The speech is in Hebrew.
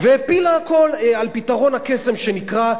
והפילה הכול על פתרון הקסם שנקרא,